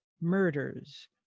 murders